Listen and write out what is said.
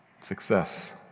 Success